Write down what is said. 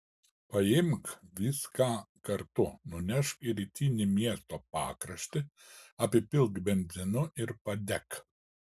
paimk viską kartu nunešk į rytinį miesto pakraštį apipilk benzinu ir padek